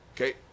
Okay